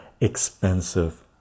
expensive